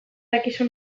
dakizu